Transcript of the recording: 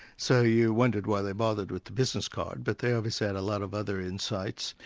so you wondered why they bothered with the business card, but they obviously had a lot of other insights.